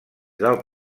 del